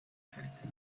character